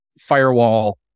firewall